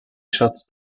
shots